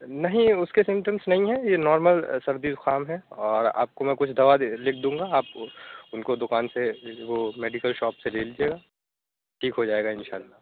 نہیں اس کے سمٹمس نہیں ہیں یہ نارمل سردی زکام ہے اور آپ کو میں کچھ دوا دے لکھ دوں گا آپ ان کو دکان سے وہ میڈیکل شاپ سے لے لیجیے گا ٹھیک ہو جائے گا انشاء اللہ